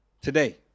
today